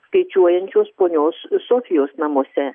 skaičiuojančios ponios sofijos namuose